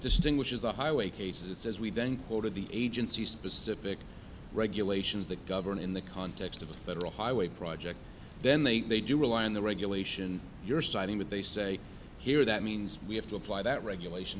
distinguishes the highway cases as we've been quoted the agency specific regulations that govern in the context of a federal highway project then they they do rely on the regulation you're siding with they say here that means we have to apply that regulation